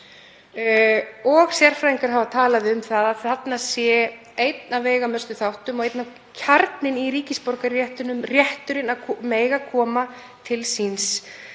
Sérfræðingar hafa talað um að þetta sé einn af veigamestu þáttunum og einn kjarninn í ríkisborgararéttinum, rétturinn að mega koma til síns